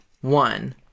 one